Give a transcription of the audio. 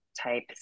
type